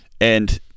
And-